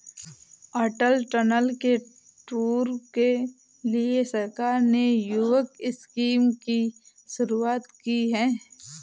अटल tunnel के tour के लिए सरकार ने युवक स्कीम की शुरुआत की है